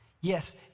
Yes